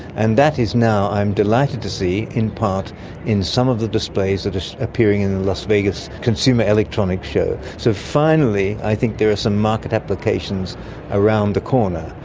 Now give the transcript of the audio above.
and that is now, i'm delighted to see, in part in some of the displays that are appearing in the las vegas consumer electronics show. so finally i think there are some market applications around the corner.